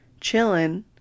chillin